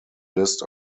list